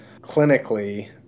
clinically